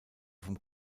vom